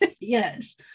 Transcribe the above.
yes